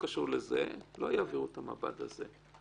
לא יעבירו את המב"ד הזה,